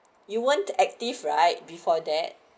you want to active right before that